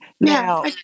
Now